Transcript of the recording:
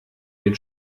den